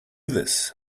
this